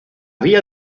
vía